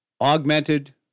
augmented